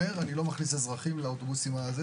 מעלה אזרחים לאוטובוסים האלה,